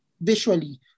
visually